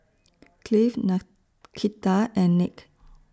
Cleve Nakita and Nick